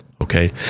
Okay